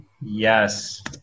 Yes